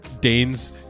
Dane's